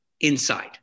inside